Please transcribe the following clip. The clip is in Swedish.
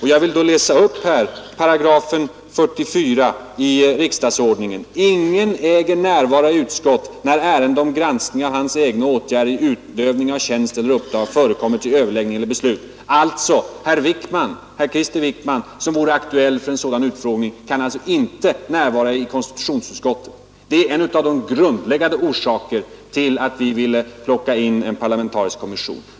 I riksdagsordningens 44 § står det: ”Ingen äger närvara i utskott, när ärende om granskning av hans egna åtgärder i utövning av tjänst eller uppdrag förekommer till överläggning eller beslut.” Herr Krister Wickman, som vore aktuell för en sådan utfrågning, kan alltså inte närvara i konstitutionsutskottet. Det är en av de grundläggande orsakerna till att vi vill ha en parlamentarisk kommission.